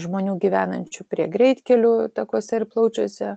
žmonių gyvenančių prie greitkelių takuose ir plaučiuose